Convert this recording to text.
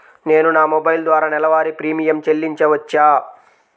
నేను నా మొబైల్ ద్వారా నెలవారీ ప్రీమియం చెల్లించవచ్చా?